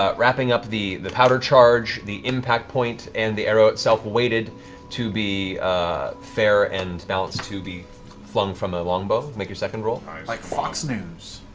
ah wrapping up the the powder charge, the impact point, and the arrow itself weighted to be fair and balanced to be flung from a longbow. make your second roll. sam like fox news.